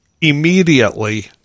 immediately